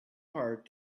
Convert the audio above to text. heart